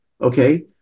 okay